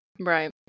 Right